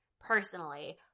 personally